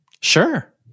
Sure